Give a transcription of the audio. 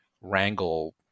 wrangle